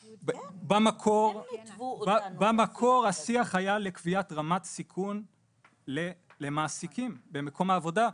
במקור השיח היה לקביעת רמת סיכון למעסיקים במקום העבודה,